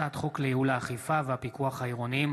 הצעת חוק לייעול האכיפה והפיקוח העירוניים